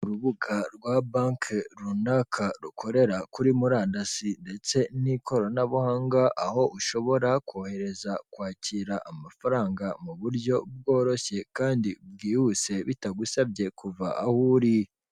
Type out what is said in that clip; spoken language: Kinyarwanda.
Urubuga rwa banke runaka rukorera kuri murandasi ndetse n'ikoranabuhanga. Aho ushobora kohereza, kwakira amafaranga mu buryo bworoshye kandi bwihuse bitagusabye kuva aho uri.